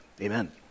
Amen